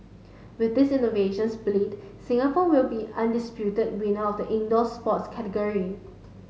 with this innovative split Singapore will be the undisputed winner of the indoor sports category